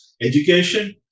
education